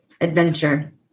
adventure